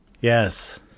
yes